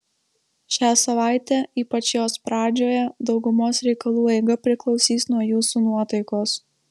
šią savaitę ypač jos pradžioje daugumos reikalų eiga priklausys nuo jūsų nuotaikos